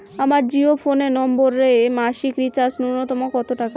আমার জিও ফোন নম্বরে মাসিক রিচার্জ নূন্যতম কত টাকা?